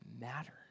matter